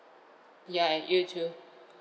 yeah and you too